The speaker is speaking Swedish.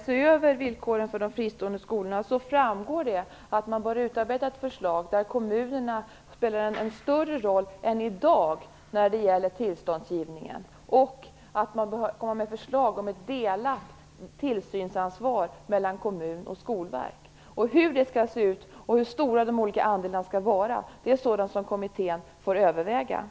se över villkoren för de fristående skolorna framgår att man bör utarbeta ett förslag där kommunerna har en större roll än i dag när det gäller tillståndsgivningen och att man bör komma med förslag om ett delat tillsynsansvar mellan kommunerna och Skolverket. Hur det skall se ut och hur stora de olika andelarna skall vara är sådant som kommittén får överväga.